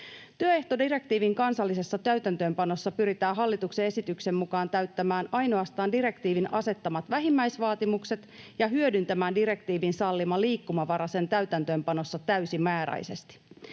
Työehtodirektiivin kansallisessa täytäntöönpanossa pyritään hallituksen esityksen mukaan täyttämään ainoastaan direktiivin asettamat vähimmäisvaatimukset ja hyödyntämään direktiivin sallima liikkumavara sen täytäntöönpanossa täysimääräisesti.